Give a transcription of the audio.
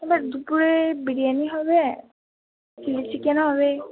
এবার দুপুরে বিরিয়ানি হবে চিলি চিকেন হবে